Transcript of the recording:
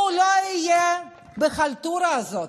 הוא לא יהיה בחלטורה הזאת.